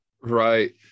Right